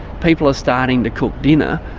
people are starting to cook dinner,